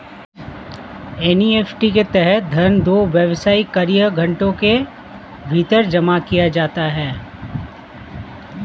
NEFT के तहत धन दो व्यावसायिक कार्य घंटों के भीतर जमा किया जाता है